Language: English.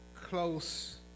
close